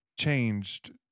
changed